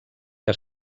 que